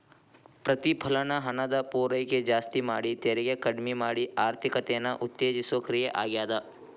ಪ್ರತಿಫಲನ ಹಣದ ಪೂರೈಕೆ ಜಾಸ್ತಿ ಮಾಡಿ ತೆರಿಗೆ ಕಡ್ಮಿ ಮಾಡಿ ಆರ್ಥಿಕತೆನ ಉತ್ತೇಜಿಸೋ ಕ್ರಿಯೆ ಆಗ್ಯಾದ